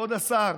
כבוד השר,